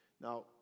Now